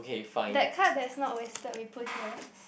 that card that's not wasted we put here